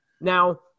Now